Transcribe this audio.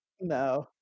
No